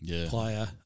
Player